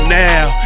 now